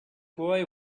boy